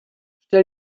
stell